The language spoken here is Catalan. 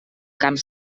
camps